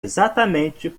exatamente